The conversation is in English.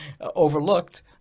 overlooked